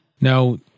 Now